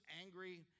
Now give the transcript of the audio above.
angry